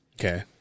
Okay